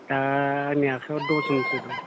दा आंनि आखाइआव दसजनसो दं